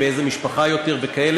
באיזה משפחה יותר וכאלה.